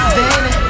baby